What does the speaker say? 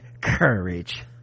courage